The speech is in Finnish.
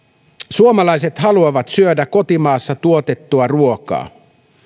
suomalaiset haluavat syödä kotimaassa tuotettua ruokaa